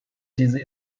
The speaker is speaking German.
diese